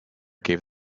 gave